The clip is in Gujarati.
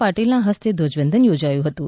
પાટિલ ના હસ્તે ધ્વજ વંદન યોજાયું હતું